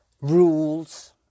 rules